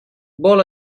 vol